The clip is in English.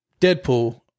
Deadpool